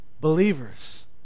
believers